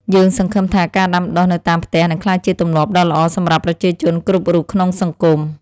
យើងសង្ឃឹមថាការដាំដុះនៅតាមផ្ទះនឹងក្លាយជាទម្លាប់ដ៏ល្អសម្រាប់ប្រជាជនគ្រប់រូបក្នុងសង្គម។